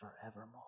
forevermore